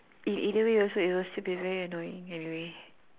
either way it will also it will still be very annoying anyway